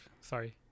Sorry